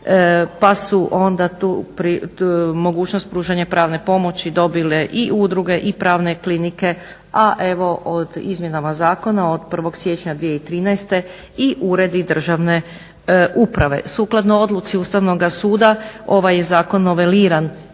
pa su onda tu mogućnost pružanja pravna pomoći dobile i udruge i pravne klinike, a evo izmjenama zakona od 1.siječnja 2013.i uredi državne uprave. Sukladno odluci Ustavnoga suda ovaj je zakon noveliran